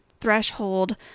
threshold